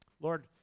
Lord